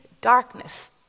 darkness